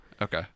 Okay